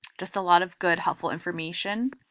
just a lot of good helpful information.